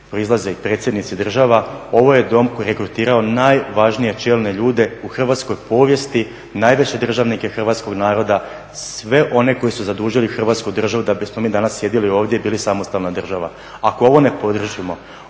proizlaze i predsjednici države, ovo je Dom koji je regrutirao najvažnije čelne ljude u hrvatskoj povijesti, najveće državnik hrvatskoga sabora, sve one koji su zadužili Hrvatsku državu da bismo mi danas sjedili ovdje i bili samostalna država. Ako ovo ne podržimo